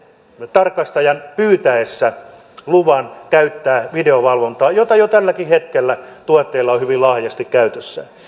tarkastajan pyytäessä luvan käyttää videovalvontaa jota jo tälläkin hetkellä tuottajilla on hyvin laajasti käytössään